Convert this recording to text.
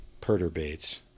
perturbates